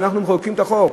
כשאנחנו מחוקקים את החוק.